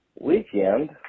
weekend